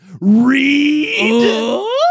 read